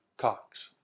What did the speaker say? Cox